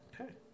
Okay